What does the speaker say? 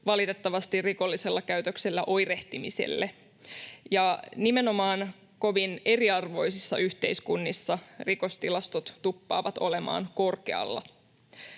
olosuhteet myös rikollisella käytöksellä oirehtimiselle, ja nimenomaan kovin eriarvoisissa yhteiskunnissa rikostilastot tuppaavat olemaan korkealla.